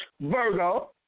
Virgo